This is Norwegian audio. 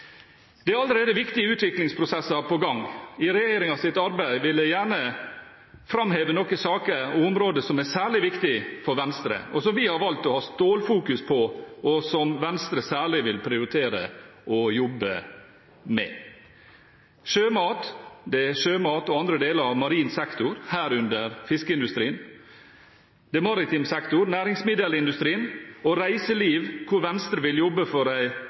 Det er allerede viktige utviklingsprosesser på gang. I regjeringens arbeid vil jeg gjerne framheve noen saker og noen områder som er særlig viktige for Venstre, som vi har valgt å ha stålfokus på, og som Venstre særlig vil prioritere å jobbe med: Det er sjømat og andre deler av marin sektor, herunder fiskeindustrien, det er maritim sektor, og det er næringsmiddelindustrien og reiseliv. Venstre vil jobbe for